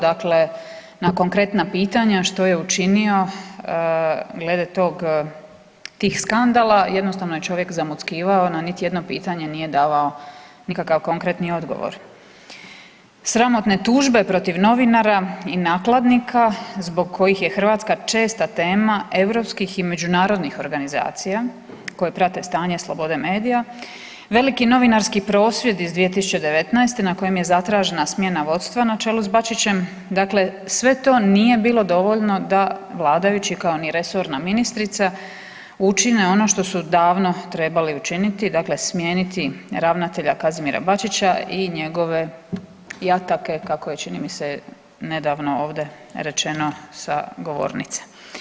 Dakle, na konkretna pitanja što je učinio glede tog, tih skandala jednostavno je čovjek zamuckivao, na niti jedno pitanje nije davao nikakav konkretni odgovor, sramotne tužbe protiv novinara i nakladnika zbog kojih je Hrvatska česta tema europskih i međunarodnih organizacija koje prate stanje slobode medija, veliki novinarski prosvjed iz 2019. na kojem je zatražena smjena vodstva na čelu s Bačićem, dakle sve to nije bilo dovoljno da vladajući kao ni resorna ministrica, učine ono što su davno trebali učiniti, dakle smijeniti ravnatelja Kazimira Bačića i njegove jatake kako je čini mi se nedavno ovdje rečeno sa govornice.